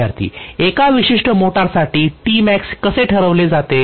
विद्यार्थीः एका विशिष्ट मोटारसाठी हे कसे ठरविले जाते